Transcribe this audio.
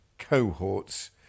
cohorts